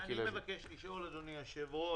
אני מבקש לשאול, אדוני היושב-ראש,